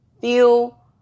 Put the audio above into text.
feel